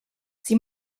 sie